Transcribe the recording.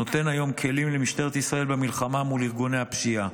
הוא נותן היום כלים למשטרת ישראל במלחמה מול ארגוני הפשיעה.